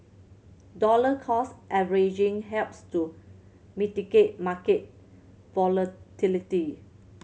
dollar cost averaging helps to mitigate market volatility